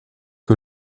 que